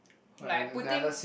like putting